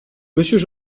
monsieur